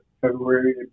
February